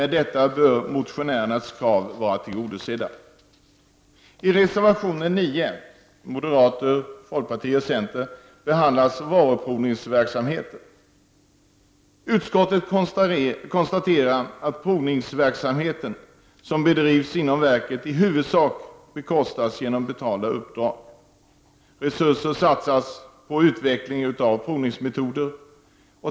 Därmed bör motionärernas krav vara tillgodosedda. I reservation 9 av moderaterna, folkpartiet och centern behandlas varuprovningsverksamheten. Utskottet konstaterar att den provningsverksamhet som bedrivs inom verket i huvudsak bekostas genom betalda uppdrag. Resurser satsas på utveckling av provningsmetoder.